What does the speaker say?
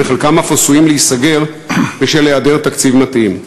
וחלקם אף עשויים להיסגר בשל היעדר תקציב מתאים.